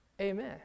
Amen